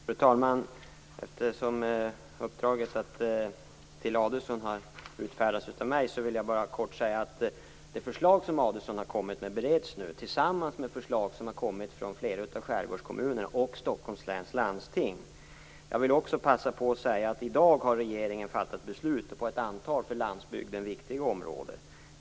Fru talman! Eftersom uppdraget till Adelsohn har utfärdats av mig vill jag bara kort säga att hans förslag nu bereds, tillsammans med förslag från flera av skärgårdskommunerna och Stockholms läns landsting. Jag vill också passa på att säga att regeringen i dag har fattat beslut på ett antal för landsbygden viktiga områden.